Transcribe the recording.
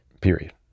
Period